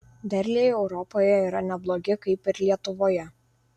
derliai europoje yra neblogi kaip ir lietuvoje